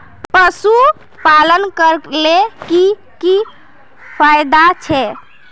पशुपालन करले की की फायदा छे?